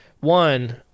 one